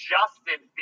Justin